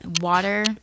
water